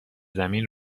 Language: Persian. زمین